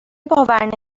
باور